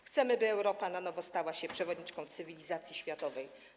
Chcemy, by Europa na nowo stała się przewodniczką cywilizacji światowej.